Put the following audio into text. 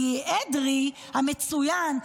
כי אדרי המצוין,